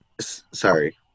Sorry